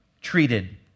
treated